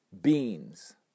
beans